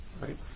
right